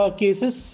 cases